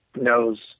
knows